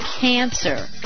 cancer